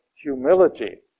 humility